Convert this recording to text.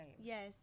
Yes